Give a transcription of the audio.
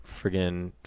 friggin